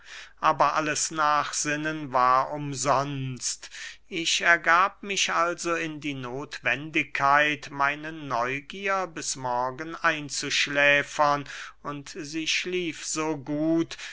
aber alles nachsinnen war umsonst ich ergab mich also in die nothwendigkeit meine neugier bis morgen einzuschläfern und sie schlief so gut